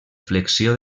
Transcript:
flexió